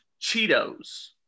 Cheetos